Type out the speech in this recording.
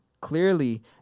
Clearly